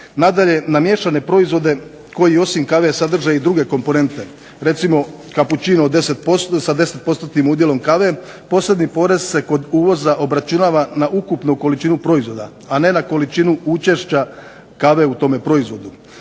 Nadalje, na miješane proizvode koji osim kave sadrže i druge komponente. Recimo kapućino sa 10%-nim udjelom kave, posebni porez se kod uvoza obračunava na ukupnu količinu proizvoda a ne na količinu učešća kave u tome proizvodu,